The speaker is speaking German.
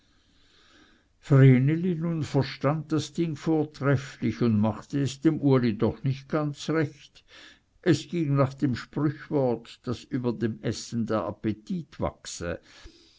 nun verstund das ding vortrefflich und machte es dem uli doch nicht ganz recht es ging nach dem sprüchwort daß über dem essen der appetit wachse